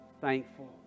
thankful